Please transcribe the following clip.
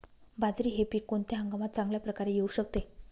बाजरी हे पीक कोणत्या हंगामात चांगल्या प्रकारे येऊ शकते?